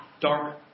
dark